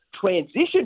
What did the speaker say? transition